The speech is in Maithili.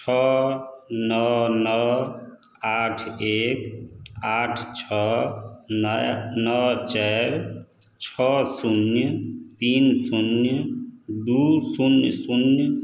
छओ नओ नओ आठ एक आठ छओ नओ नओ चारि छओ शून्य तीन शून्य दुइ शून्य शून्य